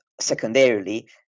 secondarily